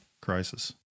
crisis